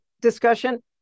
discussion